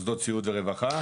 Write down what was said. למוסדות סיעוד ורווחה.